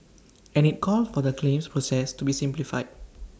and IT called for the claims process to be simplified